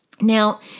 Now